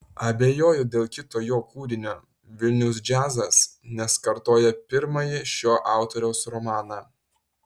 abejoju dėl kito jo kūrinio vilniaus džiazas nes kartoja pirmąjį šio autoriaus romaną